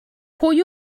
pwy